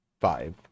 five